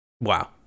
Wow